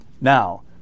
Now